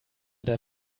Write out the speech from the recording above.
der